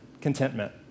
Contentment